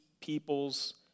people's